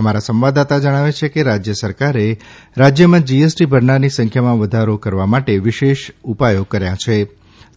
અમારા સંવાદદાતા જણાવે છે કે રાજય સરકારે રાજયમાં જીએસટી ભરનારની સંખ્યામાં વધારો કરવા માટે વિશેષ ઉપાયો કર્યા છે